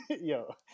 Yo